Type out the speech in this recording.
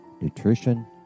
nutrition